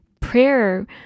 prayer